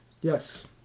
Yes